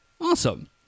awesome